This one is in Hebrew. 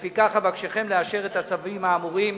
לפיכך, אבקשכם לאשר את הצווים האמורים.